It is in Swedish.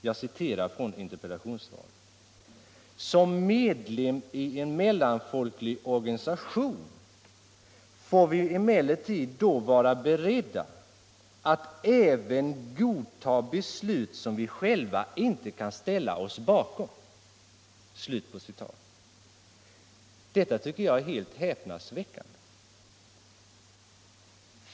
Jag citerar ur interpellationssvaret: ”Som medlem av en mellanfolklig organisation får vi emellertid då vara beredda att godta beslut som vi själva inte kan ställa oss bakom.” Detta tycker jag är helt häpnadsväckande.